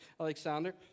Alexander